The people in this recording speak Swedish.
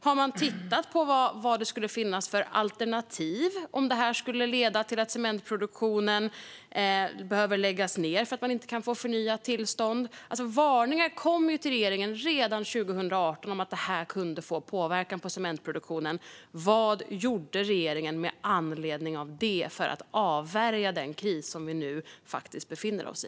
Har man tittat på vad det skulle finnas för alternativ om detta skulle leda till att cementproduktionen behöver läggas ned för att det inte går att få ett förnyat tillstånd? Varningar kom alltså till regeringen redan 2018 om att detta kunde få påverkan på cementproduktionen. Vad gjorde regeringen med anledning av det, för att avvärja den kris som vi nu faktiskt befinner oss i?